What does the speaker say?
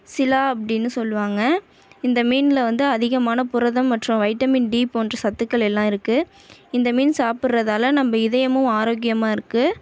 சிலா அப்படின்னு சொல்லுவாங்கள் இந்த மீனில் வந்து அதிகமான புரதம் மற்றும் வைட்டமின் டி போன்ற சத்துக்கள் எல்லாம் இருக்குது இந்த மீன் சாப்பிட்றதால நம்ம இதயமும் ஆரோக்கியமாக இருக்குது